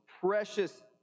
precious